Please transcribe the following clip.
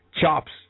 Chops